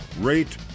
rate